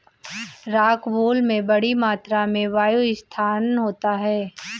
rockwool में बड़ी मात्रा में वायु स्थान होता है